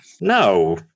No